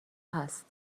هست